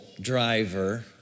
driver